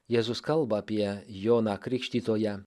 jėzus kalba apie joną krikštytoją